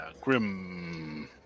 grim